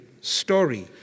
story